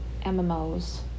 MMOs